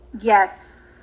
yes